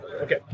Okay